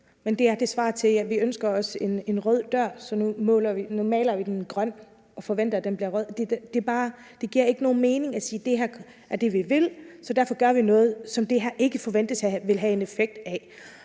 Men det her svarer til, at man siger: Vi ønsker os en rød dør, så nu maler vi den grøn og forventer, at den bliver rød. Det giver ikke nogen mening at sige: Det her er det, vi vil, så derfor gør vi noget, som der ikke forventes at være en effekt af.